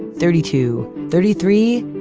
thirty two, thirty three,